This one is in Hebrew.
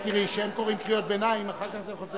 תראי, כשהם קוראים קריאות ביניים, אחר כך זה חוזר.